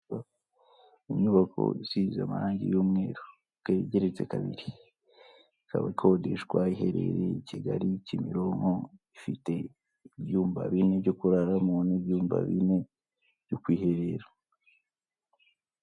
Inyubako isze amarangi y'umweru ikaba igeretse, kabiri ikaba ikodeshwa iherereye i Kigali Kimironko, ifite ibyumba binini byo kuraramo n'ibyumba bine byo kwiherera.